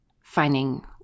finding